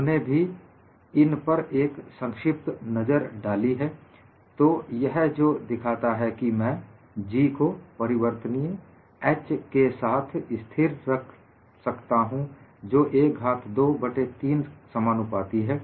हमने भी इन पर एक संक्षिप्त नजर डाली है तो यह जो दिखाता है कि मैं G को परिवर्तनीय h के द्वारा स्थिर रख सकता हूं जो a घात 2 बट्टे 3 समानुपाती है